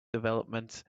development